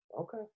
Okay